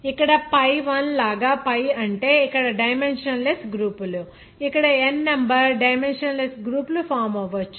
ఇక్కడ pi I లాగా pi అంటే ఇక్కడ డైమెన్షన్ లెస్ గ్రూపులు ఇక్కడ n number dimensionless group లు ఫామ్ అవ్వవచ్చు